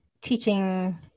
teaching